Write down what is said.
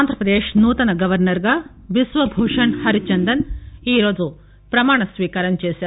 ఆంధ్రపదేశ్ నూతన గవర్నర్గా బిశ్వ భూషణ్ హరిచందన్ ఈ రోజు ప్రమాణస్వీకారం చేశారు